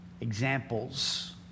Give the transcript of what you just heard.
examples